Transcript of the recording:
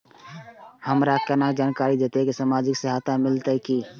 हमरा केना जानकारी देते की सामाजिक सहायता मिलते की ने?